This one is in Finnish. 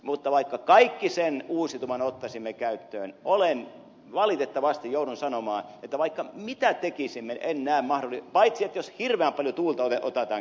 mutta vaikka kaiken sen uusiutuvan ottaisimme käyttöön valitettavasti joudun näin sanomaan vaikka mitä tekisimme en näe muuta mahdolliseksi paitsi jos hirveän paljon tuulta otetaan käyttöön se voisi olla ratkaisu mutta